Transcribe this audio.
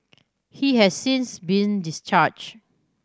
he has since been discharged